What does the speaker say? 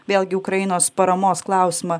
vėlgi ukrainos paramos klausimą